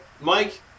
Mike